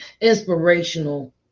inspirational